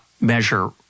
measure